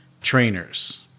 trainers